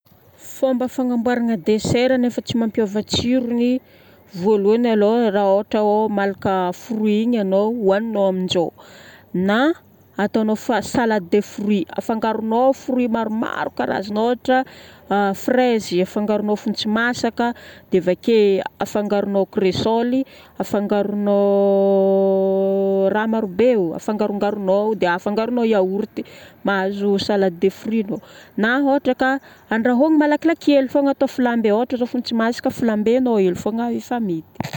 Fomba fagnamboarana déssert nefa tsy mampiova tsirony. Voalohany aloha raha ohatra malaka fruit igny ano hohagninao amin'izao. Na ataonao salade de fruits. Angaronao fruit maromaro karazagna ohatra fraise afangaronao fontsy masaka, dia vake afangaronao kresôly, afangaronao raha marobe, afangarongaronao dia afangaronao yaourt mahazo salade de fruits anao. Na ohatra ka andrahoagna malakilaky hely fogna atao flambé, ohatra zao fontsy masaka flambenao hely fogna, efa mety.